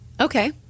Okay